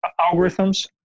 algorithms